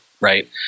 right